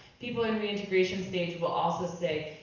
people in reintegration stage will also say,